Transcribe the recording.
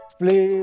play